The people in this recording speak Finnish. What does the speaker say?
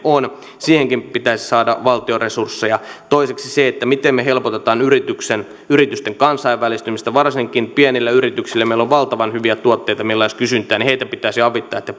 on pitäisi saada valtion resursseja toiseksi se miten me helpotamme yritysten kansainvälistymistä varsinkin pienillä yrityksillä meillä on valtavan hyviä tuotteita millä olisi kysyntää heitä pitäisi avittaa että